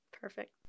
Perfect